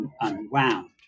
unwound